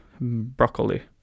broccoli